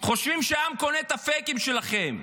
חושבים שהעם קונה את הפייקים שלכם.